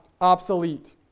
obsolete